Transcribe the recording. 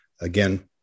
again